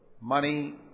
money